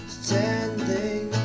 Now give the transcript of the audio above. standing